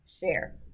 share